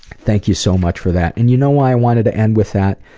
thank you so much for that. and you know why i wanted to end with that?